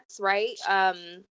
right